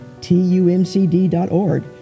tumcd.org